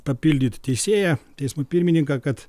papildyt teisėją teismo pirmininką kad